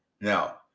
Now